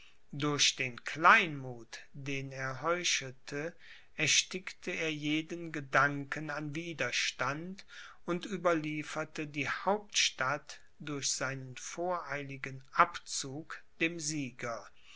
durch den kleinmuth den er heuchelte erstickte er jeden gedanken an widerstand und überlieferte die hauptstadt durch seinen voreiligen abzug dem sieger